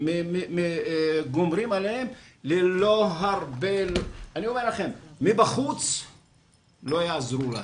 אני אומר לכם, מבחוץ לא יעזרו לנו.